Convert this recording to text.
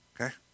Okay